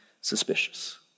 suspicious